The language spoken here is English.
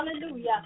hallelujah